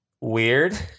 weird